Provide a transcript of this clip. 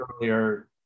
earlier